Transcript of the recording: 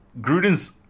Gruden's